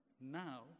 now